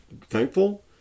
thankful